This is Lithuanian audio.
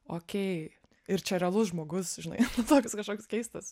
okei ir čia realus žmogus žinai toks kažkoks keistas